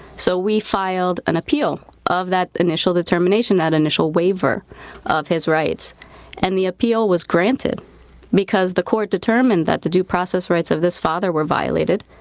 so we filed an appeal of that initial determination, that initial waiver of his rights and the appeal was granted because the court determined that the due process rights of this father were violated,